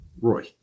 Roy